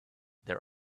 there